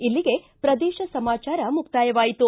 ಇಲ್ಲಿಗೆ ಪ್ರದೇಶ ಸಮಾಚಾರ ಮುಕ್ತಾಯವಾಯಿತು